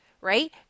right